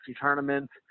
tournaments